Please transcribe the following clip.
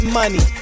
money